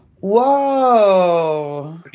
Whoa